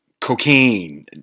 cocaine